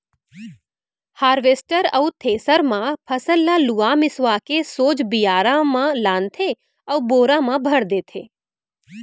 harvester अउ thresher म फसल ल लुवा मिसवा के सोझ बियारा म लानथे अउ बोरा म भर देथे